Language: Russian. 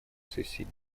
сессии